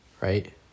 right